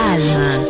Alma